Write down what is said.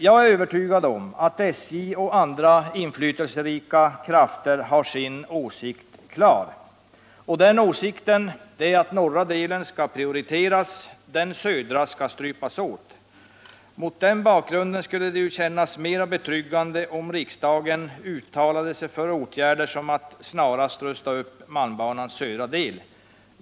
Jag är övertygad om att SJ och andra inflytelserika krafter har sin åsikt klar och att den åsikten är att norra delen skall prioriteras och den södra skall strypas åt. Mot den bakgrunden skulle det kännas mera betryggande om riksdagen uttalade sig för åtgärden att snarast upprusta malmbanans södra del.